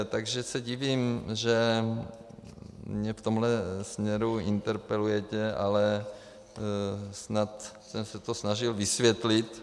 Takže se divím, že mě v tomhle směru interpelujete, ale snad jsem se to snažil vysvětlit.